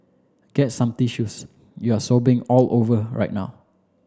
get some tissues you're sobbingv all over right now